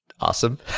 awesome